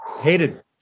hated